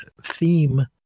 theme